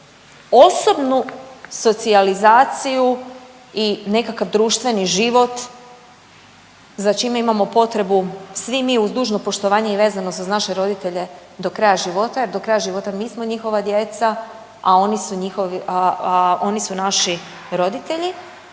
osobnu socijalizaciju i nekakav društveni život za čime imamo potrebu svi mi uz dužno poštovanje i vezano za naše roditelje do kraja života, jer do kraja života mi smo njihova djeca, a oni su njihovi,